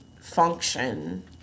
function